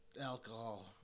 alcohol